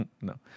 No